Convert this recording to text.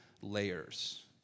layers